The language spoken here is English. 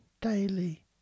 daily